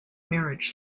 marriage